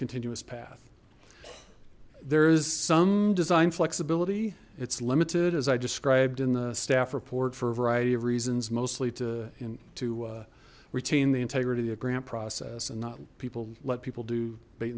continuous path there is some design flexibility it's limited as i described in the staff report for a variety of reasons mostly to to retain the integrity of grant process and not people let people do bait